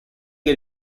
que